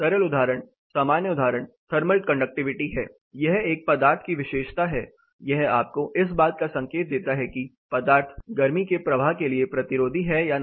सरल उदाहरण सामान्य उदाहरण थर्मल कंडक्टिविटी है यह एक पदार्थ की विशेषता है यह आपको इस बात का संकेत देता है कि पदार्थ गर्मी के प्रवाह के लिए प्रतिरोधी है या नहीं